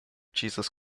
jesus